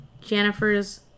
Jennifer's